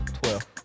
twelve